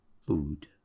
food